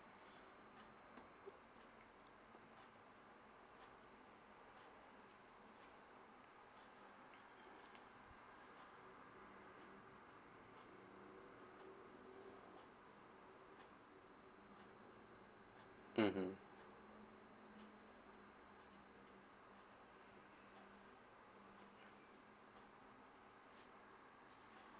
mmhmm